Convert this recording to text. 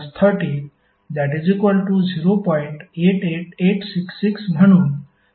866 म्हणून power factor मिळेल